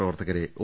പ്രവർത്തകരെ ഒ